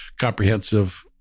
comprehensive